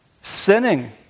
sinning